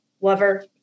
lover